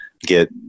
get